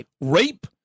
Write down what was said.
rape